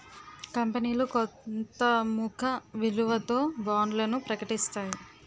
కంపనీలు కొంత ముఖ విలువతో బాండ్లను ప్రకటిస్తాయి